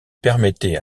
permettait